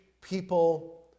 people